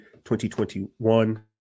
2021